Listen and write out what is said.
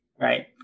right